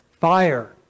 fire